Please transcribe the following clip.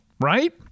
Right